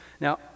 Now